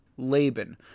Laban